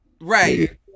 Right